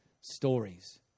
stories